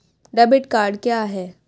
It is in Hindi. डेबिट कार्ड क्या है?